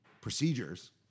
procedures